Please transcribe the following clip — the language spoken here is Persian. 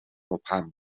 مبهم